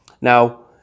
Now